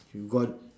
you got